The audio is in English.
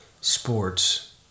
sports